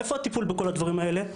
איפה הטיפול בכל הדברים האלה?